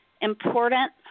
important